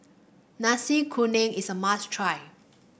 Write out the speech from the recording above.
Nasi Kuning is a must try